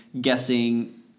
guessing